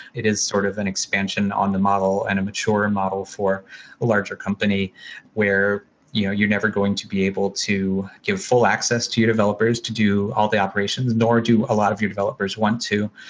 it is sort of an expansion on the model and a mature model for a larger company where you know you're never going to be able to give full access to your developers to do all the operations, nor do a lot of your developers want to,